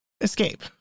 escape